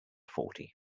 forty